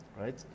right